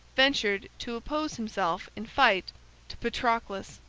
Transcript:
ventured to oppose himself in fight to patroclus.